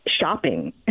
shopping